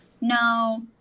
No